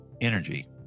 energy